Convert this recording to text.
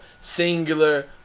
Singular